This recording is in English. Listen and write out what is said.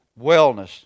Wellness